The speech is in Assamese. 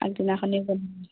আগদিনাখনেই